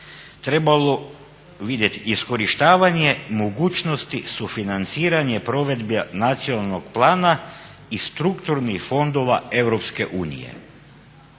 trebalo vidjeti iskorištavanje mogućnosti sufinanciranje provedbi nacionalnog plana i strukturnih fondova EU.